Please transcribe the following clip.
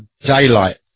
daylight